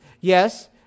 Yes